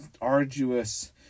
arduous